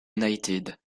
united